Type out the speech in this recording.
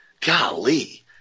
golly